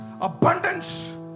abundance